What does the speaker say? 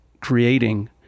creating